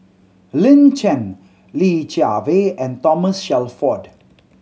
Lin Chen Li Jiawei and Thomas Shelford